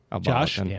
Josh